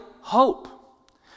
hope